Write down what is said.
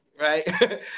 right